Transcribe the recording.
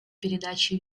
передачи